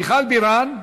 מיכל בירן.